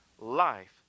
life